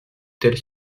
telle